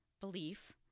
belief